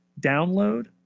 Download